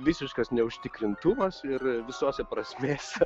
visiškas neužtikrintumas ir visose prasmėse